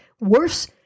worse